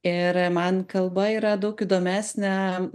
ir man kalba yra daug įdomesnė